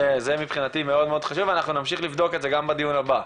זה מבחינתי מאוד חשוב ואנחנו נמשיך לבדוק את זה גם בדיון הבא,